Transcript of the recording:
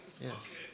Yes